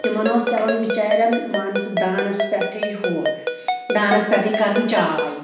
تِمَن اوس پٮ۪وان بِچارٮ۪ن مان ژٕ دانَس پٮ۪ٹھٕے ہُہ دانَس پٮ۪ٹھٕے کَرٕنۍ چاے